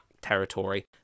territory